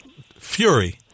fury